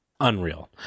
unreal